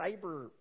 cyber